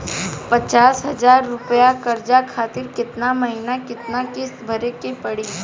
पचास हज़ार रुपया कर्जा खातिर केतना महीना केतना किश्ती भरे के पड़ी?